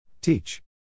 Teach